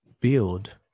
build